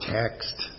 text